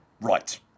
Right